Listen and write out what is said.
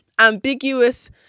ambiguous